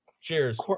Cheers